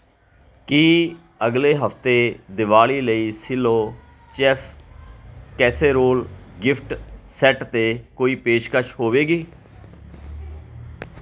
ਕੀ ਅਗਲੇ ਹਫਤੇ ਦਿਵਾਲੀ ਲਈ Cello chef casserole gift set 'ਤੇ ਕੋਈ ਪੇਸ਼ਕਸ਼ ਹੋਵੇਗੀ